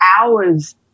hours